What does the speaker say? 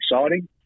exciting